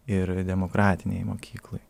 ir demokratinėj mokykloj